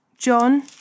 John